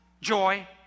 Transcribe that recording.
joy